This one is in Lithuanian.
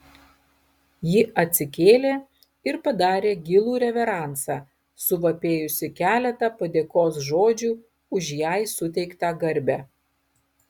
ji atsikėlė ir padarė gilų reveransą suvapėjusi keletą padėkos žodžių už jai suteiktą garbę